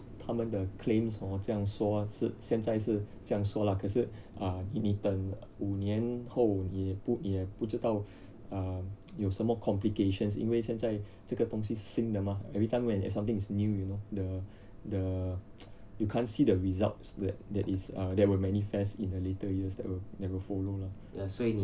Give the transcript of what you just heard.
他们的 claims hor 这样说是现在是这样说啦可是 uh 你等五年后你也你也不不知道 uh 有什么 complications 因为现在这个东西是新的嘛 every time when something is new you know the the you can't see the results that that is err that will manifest in the later years that you will never follow lah